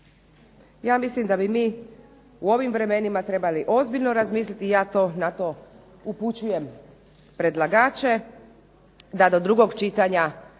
Ja mislim da bi mi u ovim vremenima trebali ozbiljno razmisliti i ja na to upućujem predlagače da do drugog čitanja